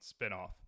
spinoff